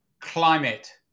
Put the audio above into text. climate